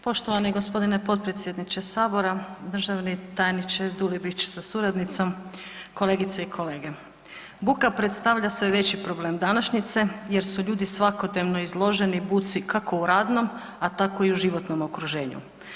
Poštovani gospodine potpredsjedniče sabora, državni tajniče Dulibić sa suradnicom, kolegice i kolege, buka predstavlja sve veći problem današnjice jer su ljudi svakodnevno izloženi budi kako u radnom, a tako i u životnom okruženju.